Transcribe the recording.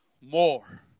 more